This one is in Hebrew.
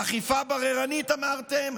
אכיפה בררנית אמרתם?